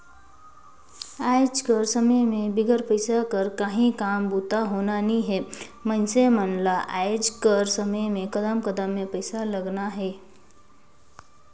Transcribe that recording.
आएज कर समे में बिगर पइसा कर काहीं काम बूता होना नी हे मइनसे मन ल आएज कर समे में कदम कदम में पइसा लगना हे